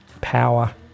power